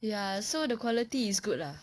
ya so the quality is good lah